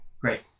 great